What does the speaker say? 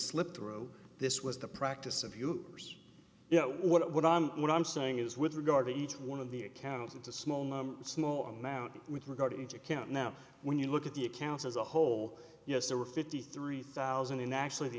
slip throw this was the practice of yours you know what i'm what i'm saying is with regard to each one of the accounts it's a small small amount with regard to count now when you look at the accounts as a whole yes there were fifty three thousand in actually the